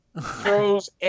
throws